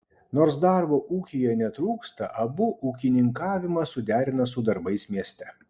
nors darbo ūkyje netrūksta abu ūkininkavimą suderina su darbais mieste